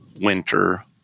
winter